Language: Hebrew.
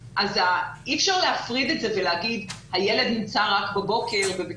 אי אפשר להפריד את זה ולהגיד שהילד נמצא רק בבוקר בבית